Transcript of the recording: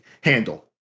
handle